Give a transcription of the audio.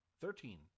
Thirteen